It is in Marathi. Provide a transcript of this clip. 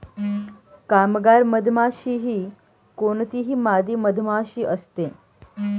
कामगार मधमाशी ही कोणतीही मादी मधमाशी असते